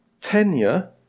tenure